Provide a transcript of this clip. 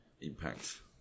impact